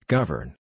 Govern